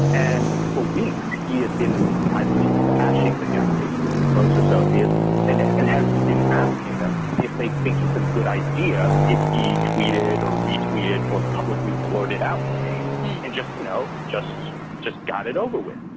and for weeks, he had been privately asking the guy to close associates and and has been asking them if they think it's a good idea if he tweeted or retweeted or publicly blurted out the name and just, you know, just just got it over with.